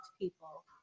people